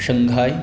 Shanghai